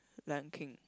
Lion-King